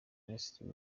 minisitiri